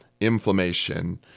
Inflammation